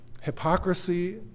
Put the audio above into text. hypocrisy